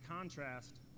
contrast